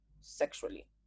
sexually